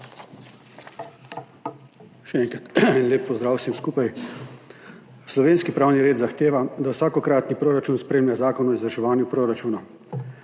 Še enkrat, lep pozdrav vsem skupaj! Slovenski pravni red zahteva, da vsakokratni proračun sprejme zakon o izvrševanju proračuna.